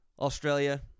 australia